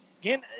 Again